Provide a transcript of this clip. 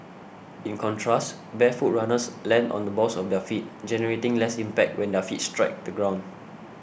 in contrast barefoot runners land on the balls of their feet generating less impact when their feet strike the ground